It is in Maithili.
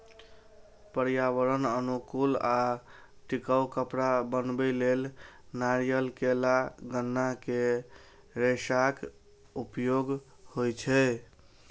पर्यावरण अनुकूल आ टिकाउ कपड़ा बनबै लेल नारियल, केला, गन्ना के रेशाक उपयोग होइ छै